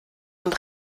und